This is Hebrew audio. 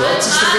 לא צריך להסתכל